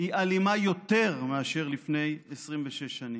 היא אלימה יותר מאשר לפני 26 שנים.